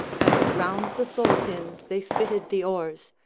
and round the thole-pins they fitted the oars,